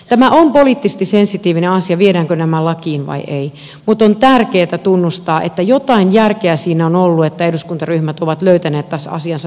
tämä on poliittisesti sensitiivinen asia viedäänkö nämä lakiin vai ei mutta on tärkeätä tunnustaa että jotain järkeä siinä on ollut että eduskuntaryhmät ovat löytäneet tässä asiassa toisensa